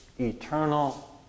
eternal